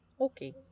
Okay